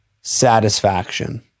satisfaction